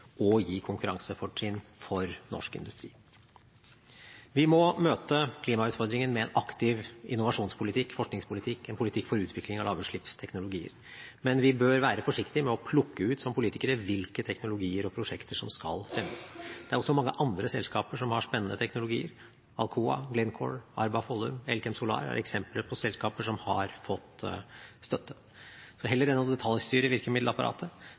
og gi konkurransefortrinn for norsk industri. Vi må møte klimautfordringen med en aktiv innovasjonspolitikk, forskningspolitikk og en politikk for utvikling av lavutslippsteknologier. Men vi bør være forsiktige med å plukke ut som politikere hvilke teknologier og prosjekter som skal fremmes. Det er også mange andre selskaper som har spennende teknologier. Alcoa, Glencore, Arba Follum og Elkem Solar er eksempler på selskaper som har fått støtte. Heller enn å detaljstyre virkemiddelapparatet